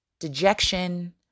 Dejection